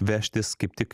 vežtis kaip tik